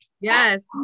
Yes